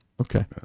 Okay